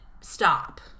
Stop